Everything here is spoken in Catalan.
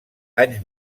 anys